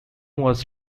was